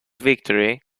victory